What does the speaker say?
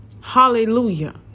Hallelujah